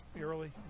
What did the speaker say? early